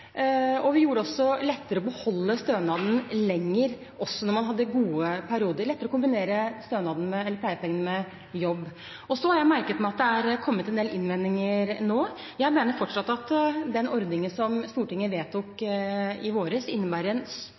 og vi gjorde det lettere å beholde stønaden lenger også når man hadde gode perioder. Det ble lettere å kombinere pleiepengene med jobb. Jeg har merket meg at det har kommet en del innvendinger nå. Jeg mener fortsatt at den ordningen som Stortinget vedtok i vår, innebærer en